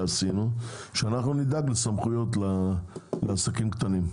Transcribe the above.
שנדאג לסמכויות לעסקים קטנים.